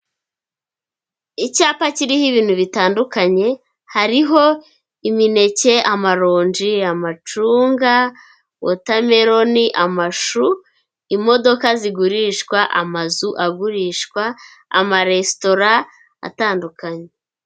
Icyapa kiriho ibintu bitandukanye, hariho imineke, amaronji, amacunga, wotameroni, amashu, imodoka zigurishwa, amazu agurishwa, amaresitora atandukanye.